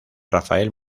rafael